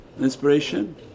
inspiration